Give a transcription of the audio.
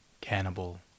cannibal